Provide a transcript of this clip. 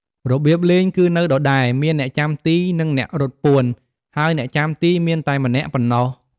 របៀបលេងគឺនៅដដែល មានអ្នកចាំទី និង អ្នករត់ពួន ហើយអ្នកចាំទីមានតែម្នាក់ប៉ុណ្ណោះ។